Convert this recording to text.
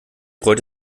freut